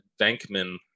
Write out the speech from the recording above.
Bankman